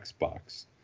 xbox